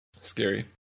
Scary